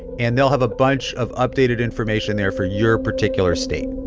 and they'll have a bunch of updated information there for your particular state